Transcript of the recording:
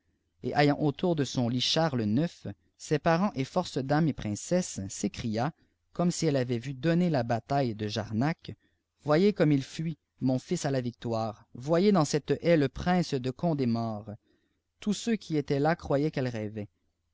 et ayant autour de son lit charles ix ses parents et force marnes et ïrihcesses s'écria comme si elle avait vu donner la bataille de atttac voyez comme ils fuient monfusa la victoire voyez dmu cette haie le prince de condé mort toifô ceux qui étaient là croyaient qu'elle rêvait